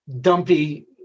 dumpy